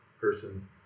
person